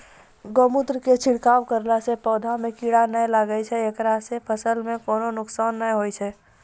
गोमुत्र के छिड़काव करला से पौधा मे कीड़ा नैय लागै छै ऐकरा से फसल मे कोनो नुकसान नैय होय छै?